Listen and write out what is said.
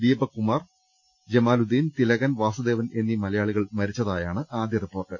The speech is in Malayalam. ദീപക് കുമാർ ജമാലുദ്ദീൻ തിലകൻ വാസുദേവൻ എന്നീ മലയാളികൾ മരിച്ചതായാണ് ആദ്യ റിപ്പോർട്ട്